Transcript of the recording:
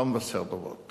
לא מבשר טובות